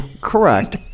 correct